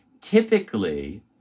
typically